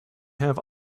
have